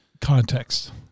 Context